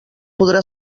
podrà